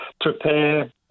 prepare